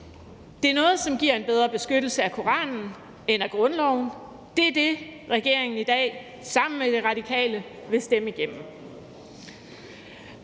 Det er noget, som giver en bedre beskyttelse af Koranen end af grundloven. Det er det, som regeringen i dag sammen med De Radikale vil stemme igennem.